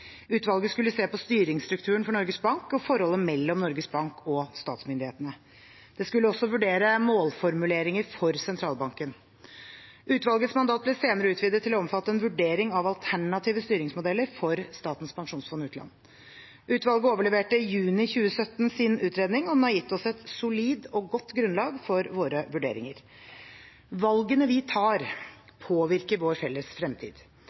Utvalget skulle se på styringsstrukturen for Norges Bank og forholdet mellom Norges Bank og statsmyndighetene. Det skulle også vurdere målformuleringer for sentralbanken. Utvalgets mandat ble senere utvidet til å omfatte en vurdering av alternative styringsmodeller for Statens pensjonsfond utland. Utvalget overleverte i juni 2017 sin utredning, og den har gitt oss et solid og godt grunnlag for våre vurderinger. Valgene vi tar, påvirker vår felles fremtid.